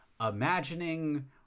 imagining